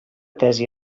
tesi